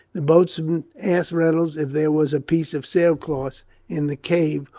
the boatswain asked reynolds if there was a piece of sailcloth in the cave,